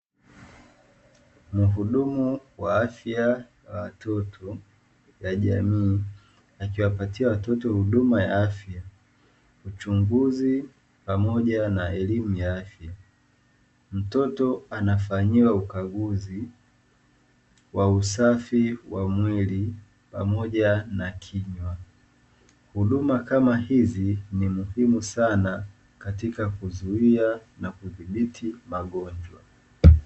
Muhudumu wa afya ya watoto na jamii akiwapatia watoto huduma ya afya, uchunguzi pamoja na elimu ya afya. Mtoto anafanyiwa uchunguzi wa usafi wa mwili pamoja na kinywa. Huduma kama hii ni muhimu sana katika kuzuia na kudhibiti magonjwa.